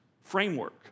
framework